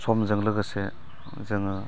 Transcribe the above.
समजों लोगोसे जोङो